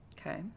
Okay